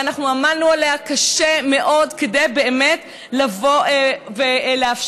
ואנחנו עמלנו עליה קשה מאוד כדי באמת לבוא ולאפשר.